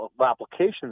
applications